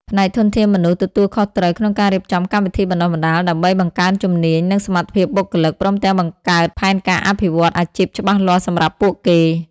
ផ្នែកធនធានមនុស្សទទួលខុសត្រូវក្នុងការរៀបចំកម្មវិធីបណ្តុះបណ្តាល ដើម្បីបង្កើនជំនាញ និងសមត្ថភាពបុគ្គលិក ព្រមទាំងបង្កើតផែនការអភិវឌ្ឍអាជីពច្បាស់លាស់សម្រាប់ពួកគេ។